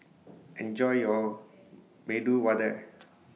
Enjoy your Medu Vada